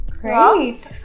great